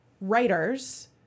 writers